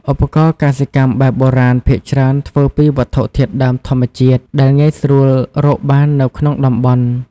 ឧបករណ៍កសិកម្មបែបបុរាណភាគច្រើនធ្វើពីវត្ថុធាតុដើមធម្មជាតិដែលងាយស្រួលរកបាននៅក្នុងតំបន់។